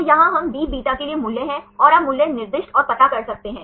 तो यहाँ हम Bβ लिए मूल्य है और आप मूल्य निर्दिष्ट और पता कर सकते हैं